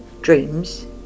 dreams